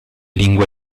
lingua